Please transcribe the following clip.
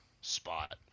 spot